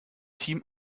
team